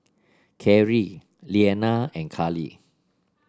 Carri Lilliana and Karlee